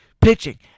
Pitching